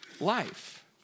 life